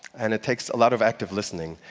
and it takes a lot of active listening.